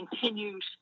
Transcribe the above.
continues